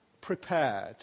prepared